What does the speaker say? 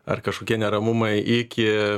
ar kažkokie neramumai iki